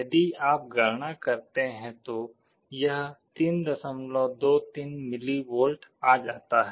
यदि आप गणना करते हैं तो यह 323 मिलीवोल्ट आ जाती है